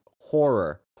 horror